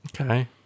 Okay